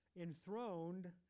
enthroned